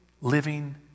living